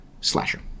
slasher